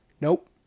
Nope